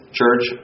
church